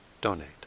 donate